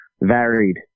varied